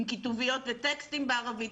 עם כתוביות וטקסטים בערבית,